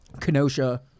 kenosha